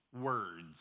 words